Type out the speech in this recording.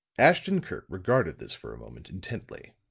ashton-kirk regarded this for a moment intently.